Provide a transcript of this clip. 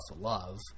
love